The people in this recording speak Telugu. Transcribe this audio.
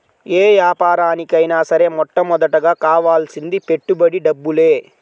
యే యాపారానికైనా సరే మొట్టమొదటగా కావాల్సింది పెట్టుబడి డబ్బులే